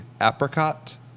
apricot